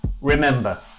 Remember